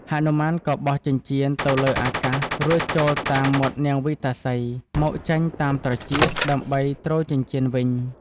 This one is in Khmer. ហនុមាន ក៏បោះចិញ្ចៀនទៅលើអាកាសរួចចូលតាមមាត់នាងវិកតាសី មកចេញតាមត្រចៀក ដើម្បីទ្រចិញ្ចៀនវិញ។